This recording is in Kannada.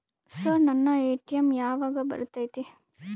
ಸರ್ ನನ್ನ ಎ.ಟಿ.ಎಂ ಯಾವಾಗ ಬರತೈತಿ?